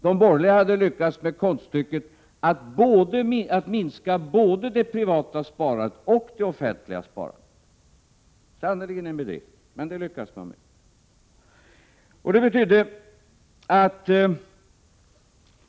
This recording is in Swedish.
De borgerliga hade lyckats med konststycket att minska både det privata sparandet och det offentliga sparandet — sannerligen en bedrift, men det hade man lyckats med.